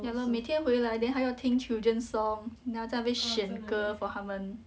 ya lor 每天回来 then 她要听 children song then 在那边选歌 for 他们